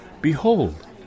Behold